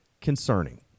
concerning